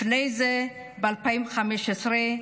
לפני זה, ב-2015,